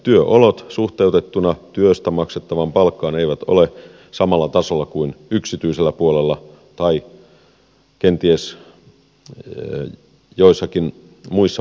työolot suhteutettuina työstä maksettavaan palkkaan eivät ole samalla tasolla kuin yksityisellä puolella tai kenties joissakin muissa maissa